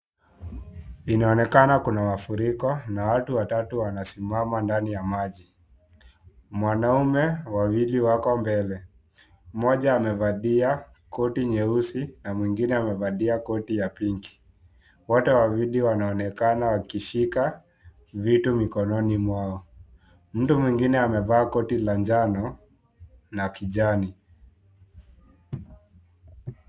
Inaonekana kuna mafuriko na watu watatu wanasimama ndani ya maji. Mwanaume wawili wako mbele. Mmoja amevadia koti nyeusi na mwingine amevalia koti ya pinki. Wote wawili wanaonekana wakishika vitu mikononi mwao. Mtu mwingine anavaa koti la njano na kijani.